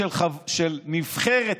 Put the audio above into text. של נבחרת,